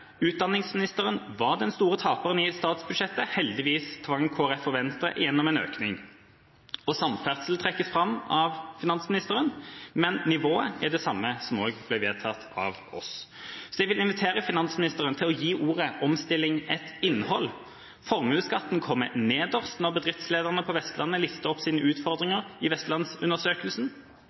Utdanningsministeren var den store taperen i statsbudsjettet. Heldigvis tvang Kristelig Folkeparti og Venstre gjennom en økning. Samferdsel trekkes fram av finansministeren, men nivået er det samme som ble vedtatt av oss. Så jeg vil invitere finansministeren til å gi ordet «omstilling» et innhold. Formuesskatten kommer nederst når bedriftslederne på Vestlandet lister opp sine